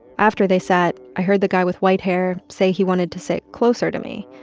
after they sat, i heard the guy with white hair say he wanted to sit closer to me.